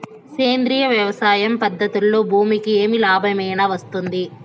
సేంద్రియ వ్యవసాయం పద్ధతులలో భూమికి ఏమి లాభమేనా వస్తుంది?